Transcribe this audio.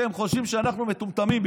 שהם חושבים שאנחנו מטומטמים,